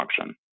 auction